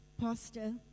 pastor